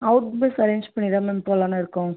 out bus arrange பண்ணிதான் ma'am போகலான்னு இருக்கோம்